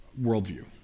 worldview